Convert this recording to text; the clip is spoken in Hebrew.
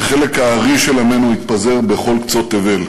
וחלק הארי של עמנו התפזר בכל קצות תבל.